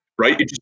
right